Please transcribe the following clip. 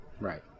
right